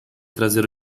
trazer